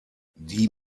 die